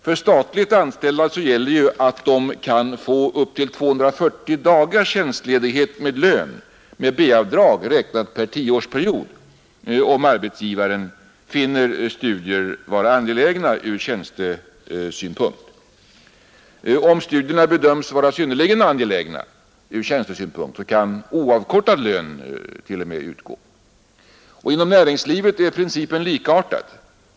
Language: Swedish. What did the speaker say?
För statligt anställda gäller att de kan få upp till 240 dagars tjänstledighet med lön med B-avdrag räknat per 10-årsperiod, om arbetsgivaren finner studier vara angelägna från tjänstesynpunkt. Om studierna bedöms vara synnerligen angelägna ur tjänstesynpunkt kan t.o.m. oavkortad lön utgå. Inom näringslivet är principen likartad.